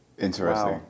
Interesting